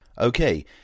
Okay